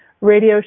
radio